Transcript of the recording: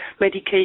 medication